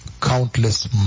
countless